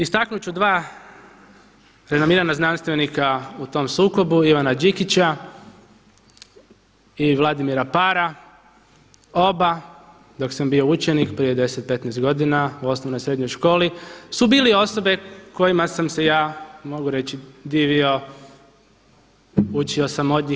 Istaknut ću dva renomirana znanstvenika u tom sukobu Ivana Đikića i Vladimira Para oba dok sam bio učenik prije 10, 15 godina u osnovnoj i srednjoj školi su bili osobe kojima sam se ja mogu reći divio, učio sam od njih.